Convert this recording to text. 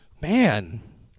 man